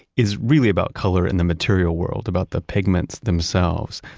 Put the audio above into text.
is really about color in the material world, about the pigments themselves.